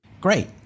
Great